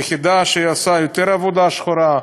יחידה שעושה יותר עבודה שחורה,